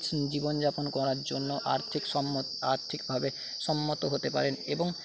জীবনযাপন করার জন্য আর্থিক আর্থিকভাবে সম্মত হতে পারে এবং